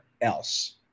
else